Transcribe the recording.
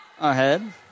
ahead